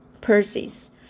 purses